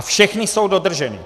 Všechny jsou dodrženy.